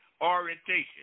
orientation